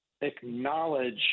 acknowledge